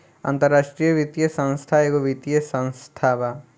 अन्तराष्ट्रिय वित्तीय संस्था एगो वित्तीय संस्था बा